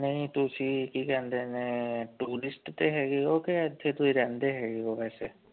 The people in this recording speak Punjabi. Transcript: ਨਹੀਂ ਤੁਸੀਂ ਕੀ ਕਹਿੰਦੇ ਨੇ ਟੂਰਿਸਟ ਤਾਂ ਹੈਗੇ ਹੋ ਕਿ ਇੱਥੇ ਤੁਸੀਂ ਰਹਿੰਦੇ ਹੈਗੇ ਹੋ ਵੈਸੇ